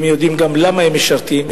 הם יודעים גם למה הם משרתים.